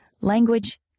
Language